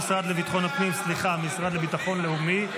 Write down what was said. המשרד לביטחון לאומי,